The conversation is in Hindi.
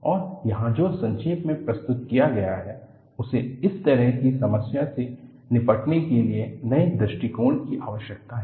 और यहाँ जो संक्षेप में प्रस्तुत किया गया है उसे इस तरह की समस्या से निपटने के लिए नए दृष्टिकोण की आवश्यकता है